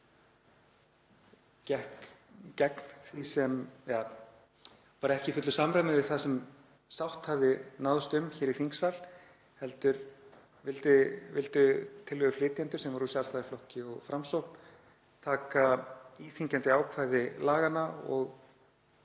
var ekki í fullu samræmi við það sem sátt hafði náðst um hér í þingsal heldur vildu tillöguflytjendur, sem voru úr Sjálfstæðisflokki og Framsókn, taka íþyngjandi ákvæði laganna og